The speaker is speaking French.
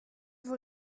vous